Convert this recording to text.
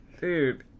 dude